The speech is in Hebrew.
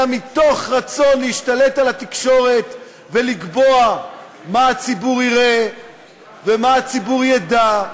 אלא מתוך רצון להשתלט על התקשורת ולקבוע מה הציבור יראה ומה הציבור ידע,